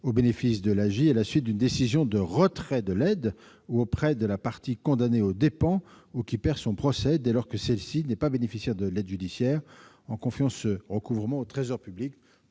juridictionnelle à la suite d'une décision de retrait de l'aide ou auprès de la partie condamnée aux dépens ou qui perd son procès, dès lors que celle-ci n'est pas bénéficiaire de l'aide juridictionnelle, en confiant ce recouvrement au Trésor public,